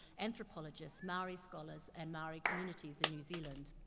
anthropologists, maori scholars and maori communities in new zealand.